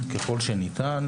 ככל שניתן,